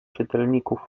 czytelników